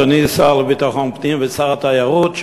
אדוני השר לביטחון הפנים ושר התיירות,